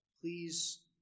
Please